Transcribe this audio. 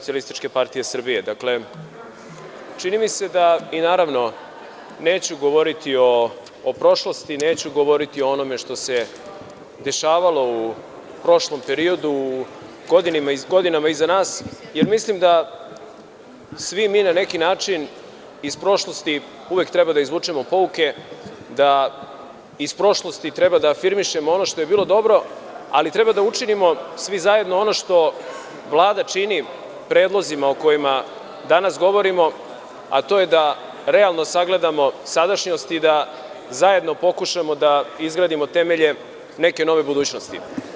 Naravno, neću govoriti o prošlosti i neću govoriti o onome što se dešavalo u prošlom periodu u godinama iza nas, jer mislim da svi mi na neki način iz prošlosti uvek treba da izvučemo pouke, da iz prošlosti treba da afirmišemo ono što je bilo dobro, ali treba da učinimo svi zajedno ono što Vlada čini predlozima o kojima danas govorimo, a to je da realno sagledamo sadašnjost i da zajedno pokušamo da izgradimo temelje neke nove budućnosti.